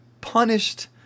punished